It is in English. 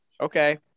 Okay